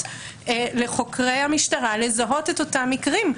לחקרי המשטרה לזהות את אותם מקרים.